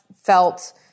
felt